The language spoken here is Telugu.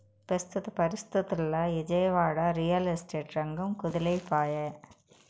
పెస్తుత పరిస్తితుల్ల ఇజయవాడ, రియల్ ఎస్టేట్ రంగం కుదేలై పాయె